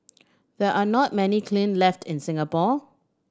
there are not many kiln left in Singapore